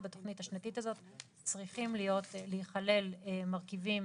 ובתוכנית השנתית הזאת צריכים להיכלל מרכיבים